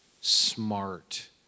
smart